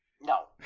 No